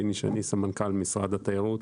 אני פיני שני, סמנכ"ל משרד התיירות.